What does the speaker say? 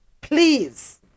Please